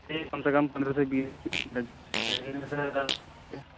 یہی کم سے کم پندرہ سے بیس لگ جائے گے زیادہ سے زیادہ